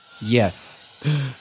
Yes